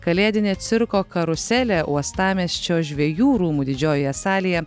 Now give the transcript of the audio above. kalėdinė cirko karuselė uostamiesčio žvejų rūmų didžiojoje salėje